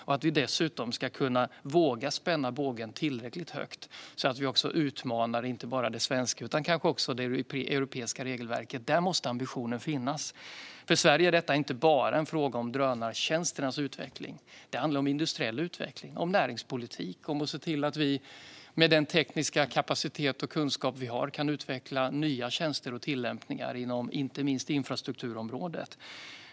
Jag vill dessutom att vi ska kunna våga spänna bågen tillräckligt hårt för att utmana inte bara det svenska regelverket utan kanske också det europeiska. Där måste ambitionen finnas. För Sverige är detta inte bara en fråga om drönartjänsternas utveckling, utan det handlar om industriell utveckling, om näringspolitik och om att se till att vi med den tekniska kapacitet och kunskap vi har kan utveckla nya tjänster och tillämpningar, inte minst inom infrastrukturområdet.